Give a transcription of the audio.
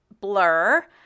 blur